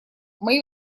мои